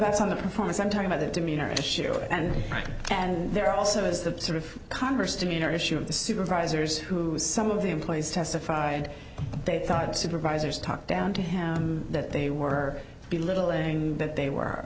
that's on the performance i'm talking about the demeanor issue and rank and there also is the sort of converse demeanor issue of the supervisors who is some of the employees testified they thought supervisors talked down to him that they were belittling that they were